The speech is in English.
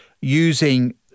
using